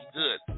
good